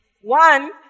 One